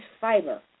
fiber